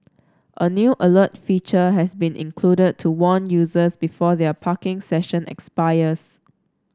a new alert feature has been included to warn users before their parking session expires